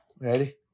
Ready